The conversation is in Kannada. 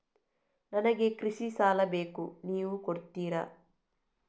ನನಗೆ ಕೃಷಿ ಸಾಲ ಬೇಕು ನೀವು ಕೊಡ್ತೀರಾ?